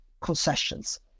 concessions